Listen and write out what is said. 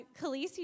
Khaleesi